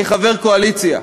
כחבר קואליציה,